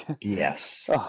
Yes